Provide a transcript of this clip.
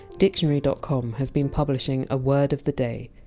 dictionary dot com has been publishing a word of the day.